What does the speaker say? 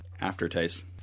aftertaste